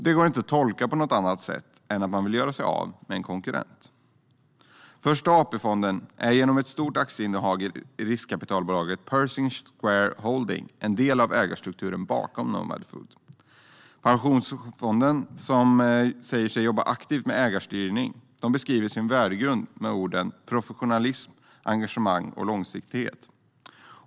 Det går inte att tolka på något annat sätt än att man vill göra sig av med en konkurrent. Första AP-fonden är genom ett stort aktieinnehav i riskkapitalbolaget Pershing Square Holdings en del av ägarstrukturen bakom Nomad Foods. Pensionsfonden, som säger sig jobba aktivt med ägarstyrning, beskriver sin värdegrund med orden professionalism, engagemang och långsiktighet.